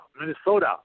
Minnesota